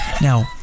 Now